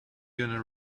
gonna